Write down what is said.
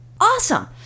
awesome